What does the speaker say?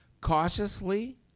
cautiously